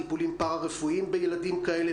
טיפולים פארה-רפואיים בילדים כאלה,